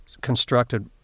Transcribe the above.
constructed